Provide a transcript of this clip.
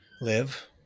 Live